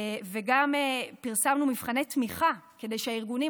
וגם פרסמנו מבחני תמיכה כדי שהארגונים